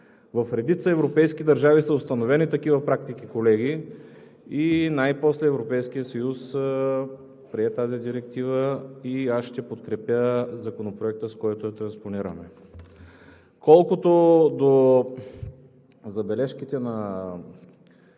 В редица европейски държави са установени такива практики, колеги. Най-после Европейският съюз прие тази директива и аз ще подкрепя Законопроекта, с който я транспонираме. Колкото до забележките на